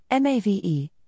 MAVE